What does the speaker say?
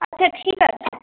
আচ্ছা ঠিক আছে